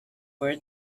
where